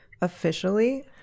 officially